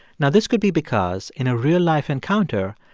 now, this could be because in a real life encounter,